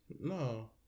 No